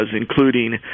including